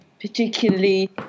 particularly